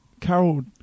Carol